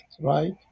right